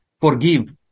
forgive